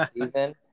season